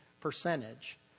percentage